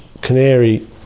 canary